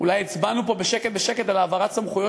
אולי הצבענו פה בשקט בשקט על העברת סמכויות